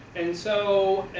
and so,